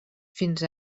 fins